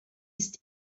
ist